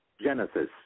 Genesis